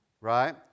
Right